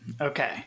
Okay